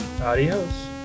Adios